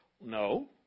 No